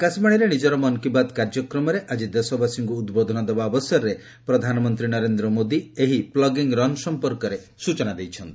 ଆକାଶବାଣୀରେ ନିଜର ମନ୍ କି ବାତ୍ କାର୍ଯ୍ୟକ୍ରମରେ ଆଜି ଦେଶବାସୀଙ୍କୁ ଉଦ୍ବୋଧନ ଦେବା ଅବସରରେ ପ୍ରଧାନମନ୍ତ୍ରୀ ନରେନ୍ଦ୍ର ମୋଦି ଏହି ପୁଗିଙ୍ଗ୍ ରନ୍ ସଂପର୍କରେ ସ୍ଚନା ଦେଇଛନ୍ତି